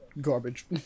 garbage